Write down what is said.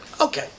Okay